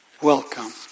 welcome